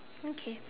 okay